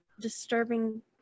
disturbing